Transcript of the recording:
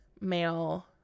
male